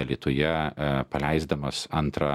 alytuje paleisdamas antrą